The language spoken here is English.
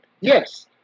Yes